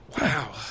Wow